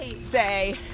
say